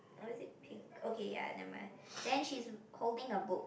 or is it pink okay ya never mind then she's holding a book